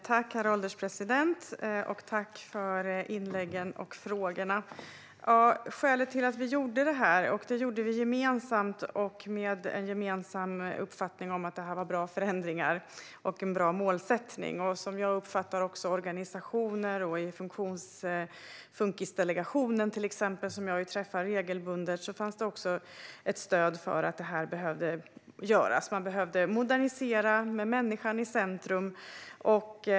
Herr ålderspresident! Tack för inläggen och frågorna! Vi gjorde detta gemensamt och med den gemensamma uppfattningen att detta var bra förändringar och en bra målsättning. Som jag uppfattar det fanns det hos organisationer, till exempel Funktionshindersdelegationen som jag träffar regelbundet, stöd för att detta behövde göras. Man behövde modernisera med människan i centrum.